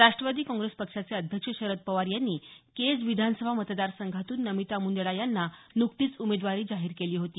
Rashtrawadi Congress पक्षाचे अध्यक्ष शरद पवार यांनी केज विधानसभा मतदार संघातून नमिता मुंदडा यांना नुकतीच उमेदवारी जाहीर केली होती